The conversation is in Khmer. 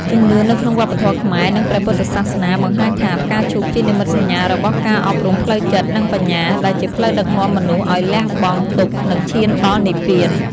ជំនឿនៅក្នុងវប្បធម៌ខ្មែរ និងព្រះពុទ្ធសាសនាបង្ហាញថា ផ្កាឈូកជានិមិត្តសញ្ញារបស់ការអប់រំផ្លូវចិត្ត និងបញ្ញា ដែលជាផ្លូវដឹកនាំមនុស្សឲ្យលះបង់ទុក្ខ និងឈានដល់និព្វាន។